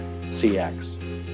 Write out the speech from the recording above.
cx